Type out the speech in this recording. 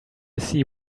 see